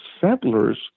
settlers